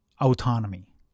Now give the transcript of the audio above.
autonomy